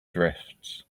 drifts